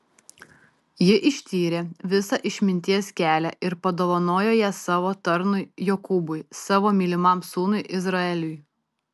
jis ištyrė visą išminties kelią ir padovanojo ją savo tarnui jokūbui savo mylimam sūnui izraeliui